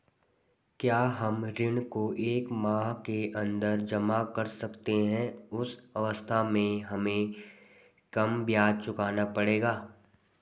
क्या हम ऋण को एक माह के अन्दर जमा कर सकते हैं उस अवस्था में हमें कम ब्याज चुकाना पड़ेगा?